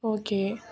okay